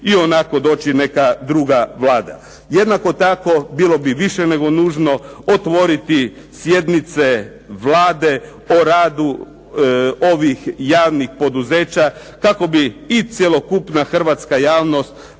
ionako doći neka druga vlada. Jednako tako bilo bi više nego nužno otvoriti sjednice Vlade o radu ovih javnih poduzeća kako bi i cjelokupna hrvatska javnost